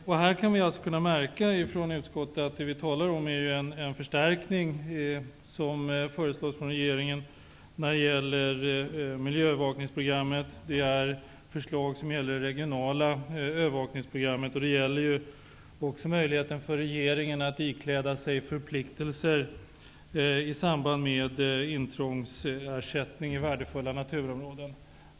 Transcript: Från utskottet har man kunnat märka att det handlar om en förstärkning som regeringen föreslår när det gäller miljöövervakningsprogrammet och förslag rörande det regionala miljöövervakningsprogrammet. För regeringen gäller också att ikläda sig förpliktelser i samband med intrångsersättning i värdefulla naturområden.